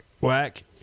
whack